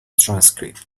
transcripts